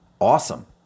awesome